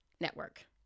Network